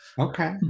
Okay